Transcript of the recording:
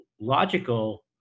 logical